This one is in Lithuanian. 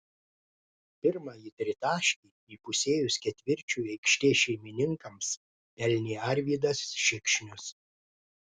pirmąjį tritaškį įpusėjus ketvirčiui aikštės šeimininkams pelnė arvydas šikšnius